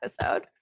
episode